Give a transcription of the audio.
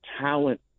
talent